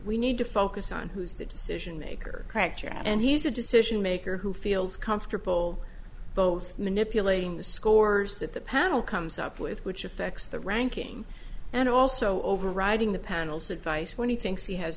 we need to focus on who's the decision maker corrector and he's a decision maker who feels comfortable both manipulating the scores that the panel comes up with which affects the ranking and also overriding the panel's advice when he thinks he has